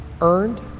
earned